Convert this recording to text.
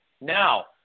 Now